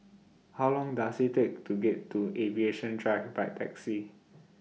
How Long Does IT Take to get to Aviation Drive By Taxi